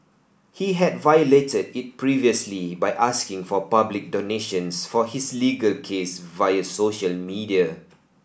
he had violated it previously by asking for public donations for his legal case via social media